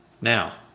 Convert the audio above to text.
Now